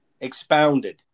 expounded